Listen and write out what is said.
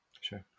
Sure